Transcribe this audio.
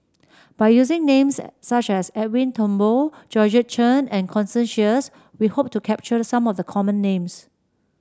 by using names such as Edwin Thumboo Georgette Chen and Constance Sheares we hope to capture some of the common names